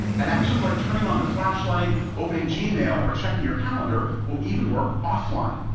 and actions like turning on the flashlight, opening gmail, or checking your calendar will even work offline.